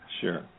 Sure